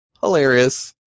hilarious